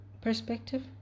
perspective